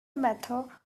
method